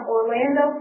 Orlando